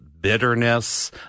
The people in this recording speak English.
bitterness